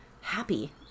happy